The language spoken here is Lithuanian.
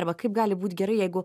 arba kaip gali būt gerai jeigu